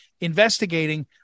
investigating